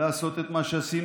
לעשות את מה שעשינו,